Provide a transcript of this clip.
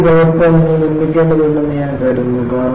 ഇതിന്റെ ഒരു പകർപ്പ് നിങ്ങൾ നിർമ്മിക്കേണ്ടതുണ്ടെന്ന് ഞാൻ കരുതുന്നു